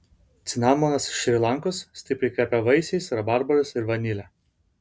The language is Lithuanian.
cinamonas iš šri lankos stipriai kvepia vaisiais rabarbarais ir vanile